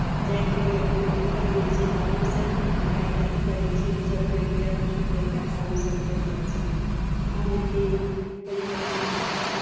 जायके लिए कोनो दिक्कत नहि छै आरामसँ बाइककेँ अथी करै छियै रिजर्व करि कऽ या किछो करि कऽ आरामसँ चलि जाइ छियै आब लेकिन परिवहन